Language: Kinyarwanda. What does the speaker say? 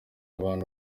abantu